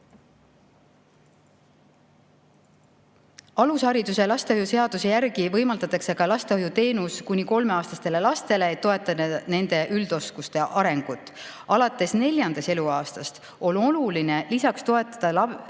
Alushariduse ja lastehoiu seaduse järgi võimaldatakse ka lastehoiuteenust kuni kolmeaastastele lastele, et toetada nende üldoskuste arengut. Alates neljandast eluaastast on oluline lisaks toetada lapse